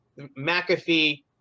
mcafee